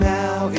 now